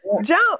Jump